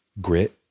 grit